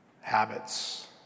habits